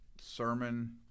Sermon